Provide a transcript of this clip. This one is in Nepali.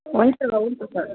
हुन्छ ल हुन्छ सर